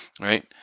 right